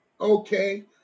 Okay